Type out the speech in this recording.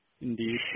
indeed